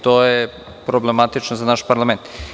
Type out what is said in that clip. To je problematično za naš parlament.